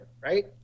right